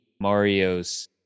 Mario's